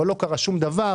אבל לא קרה שום דבר.